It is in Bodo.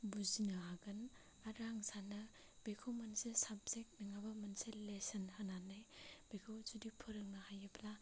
बुजिनो हागोन आरो आं सानो बेखौ मोनसे साबजेक नङाबा मोनसे लेसन होनानै बेखौ जुदि फोरोंनो हायोब्ला